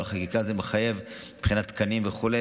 אבל חקיקה היא מחייבת מבחינת תקנים וכו'.